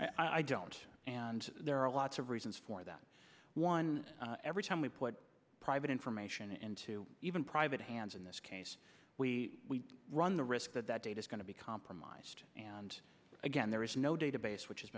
i don't and there are lots of reasons for that one every time we put private information into even private hands in this case we run the risk that that data is going to be compromised and again there is no database which has